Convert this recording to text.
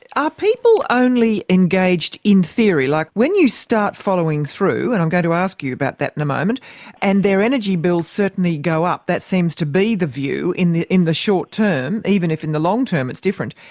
are people only engaged in theory? like, when you start following through and i'm going to ask you about that in a moment and their energy bills certainly go up, that seems to be the view in the in the short term even if in the long term it's different,